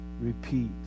repeat